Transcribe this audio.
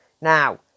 Now